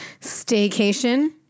staycation